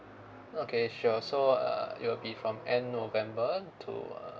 okay sure so uh it will be from end november to uh